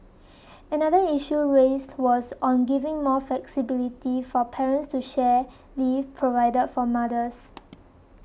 another issue raised was on giving more flexibility for parents to share leave provided for mothers